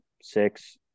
six